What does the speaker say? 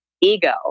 ego